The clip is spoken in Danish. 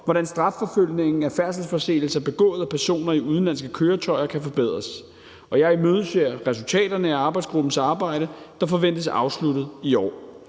for, at strafforfølgning i forbindelse med færdselsforseelser begået af personer i udenlandske køretøjer kan forbedres og hvordan, og jeg imødeser resultaterne af arbejdsgruppens arbejde, der forventes afsluttet i år.